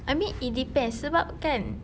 I mean it depends sebab kan